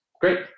Great